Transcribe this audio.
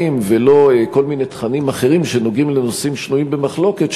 ולא כל מיני תכנים אחרים שנוגעים לנושאים שנויים במחלוקת,